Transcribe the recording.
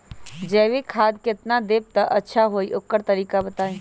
जैविक खाद केतना देब त अच्छा होइ ओकर तरीका बताई?